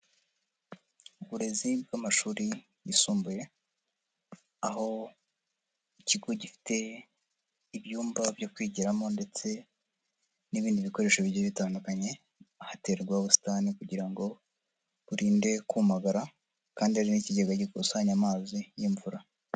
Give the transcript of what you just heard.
Aburezi bw'amashuri yisumbuye aho ikigo gifite ibyumba byo kwigiramo ndetse n'ibindi bikoresho bigiye bitandukanye, ahaterwa ubusitani kugira ngo burinde kumagara kandi hari n'ikigega gikusanya amazi y'imvura.